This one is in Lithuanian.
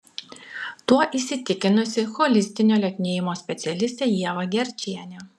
tuo įsitikinusi holistinio lieknėjimo specialistė ieva gerčienė